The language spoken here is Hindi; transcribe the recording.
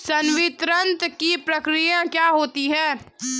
संवितरण की प्रक्रिया क्या होती है?